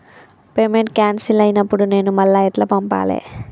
Payment cancel అయినపుడు నేను మళ్ళా ఎట్ల పంపాలే?